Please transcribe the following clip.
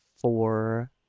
four